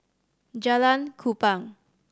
Jalan Kupang